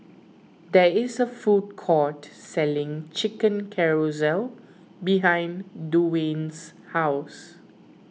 there is a food court selling Chicken Casserole behind Duwayne's house